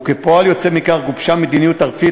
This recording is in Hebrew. וכפועל יוצא מכך גובשה מדיניות ארצית,